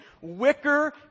wicker